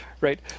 right